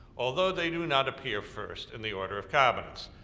although they do not appear first in the order of cabinets.